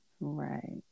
Right